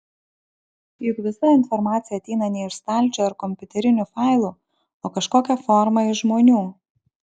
juk visa informacija ateina ne iš stalčių ar kompiuterinių failų o kažkokia forma iš žmonių